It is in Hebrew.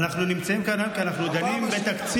אנחנו נמצאים כאן היום כי אנחנו דנים בתקציב,